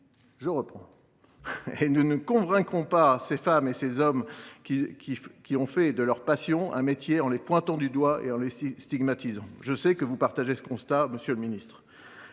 redoutable. Or nous ne convaincrons pas ces femmes et ces hommes qui ont fait de leur passion un métier en les pointant du doigt, en les stigmatisant. Je sais que vous partagez ce constat, monsieur le ministre.